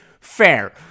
fair